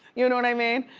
you know what i mean?